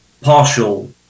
partial